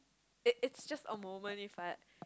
it it's just a moment if what